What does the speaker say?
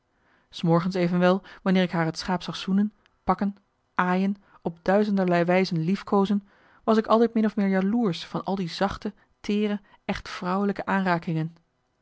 s morgens evenwel wanneer ik haar het schaap zag zoenen pakken aaien op duizenderlei wijzen liefkoozen was ik altijd min of meer jaloersch van al die zachte teere echt vrouwelijke aanrakingen